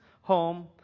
home